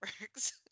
works